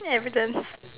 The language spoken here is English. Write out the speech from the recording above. evidence